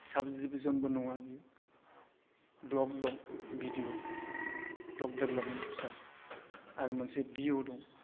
साब दिभिजनबो नङा बेयो ब्लग दं B D O block development officer आरो मोनसे बि अ दं